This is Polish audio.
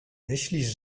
myślisz